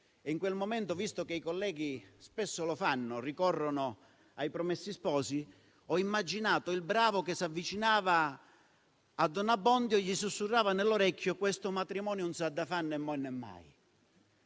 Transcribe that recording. In quel momento, visto che i colleghi spesso ricorrono ai "Promessi sposi", ho immaginato il bravo che s'avvicinava a don Abbondio e gli sussurrava all'orecchio "questo matrimonio non s'ha da fare, né domani,